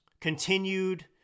continued